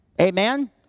Amen